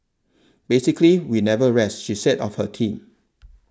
basically we never rest she said of her team